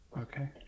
okay